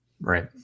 Right